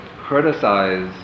criticize